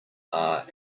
are